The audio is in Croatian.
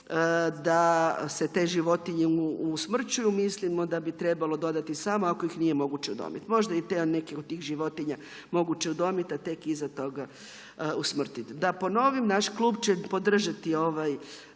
da se te životinje usmrćuju, mislimo da bi trebalo dodati samo, ako ih nije moguće udomiti. Možda …/Govornik se ne razumije./… od tih životinja moguće udomiti, a tek iza toga usmrtiti. Da ponovim, naš klub će podržati ovaj